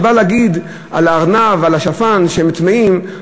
כשבאה להגיד שהארנב והשפן הם טמאים,